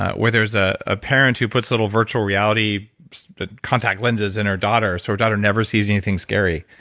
where there's a ah parent who puts little virtual reality contact lenses in her daughter, so her daughter never sees anything scary.